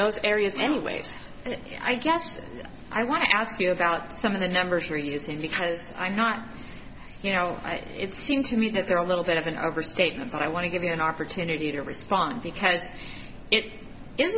those areas anyways i guess i want to ask you about some of the numbers are using because i'm not you know it seems to me that they're a little bit of an overstatement but i want to give you an opportunity to respond because it i